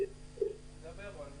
עבורם